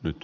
nyt